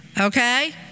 okay